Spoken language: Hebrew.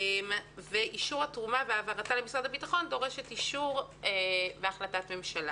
אישור התרומה והעברתה למשרד הביטחון דורשים החלטת ממשלה.